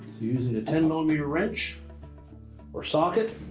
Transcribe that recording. using the ten millimeter wrench or socket